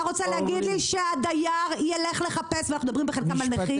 אתה רוצה להגיד לי שהדייר ילך לחפש ואנחנו מדברים בחלקם על נכים,